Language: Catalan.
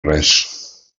res